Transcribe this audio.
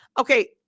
okay